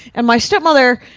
and my stepmother,